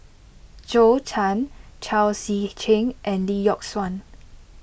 Zhou Can Chao Tzee Cheng and Lee Yock Suan